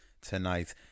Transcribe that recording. tonight